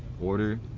order